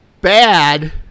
bad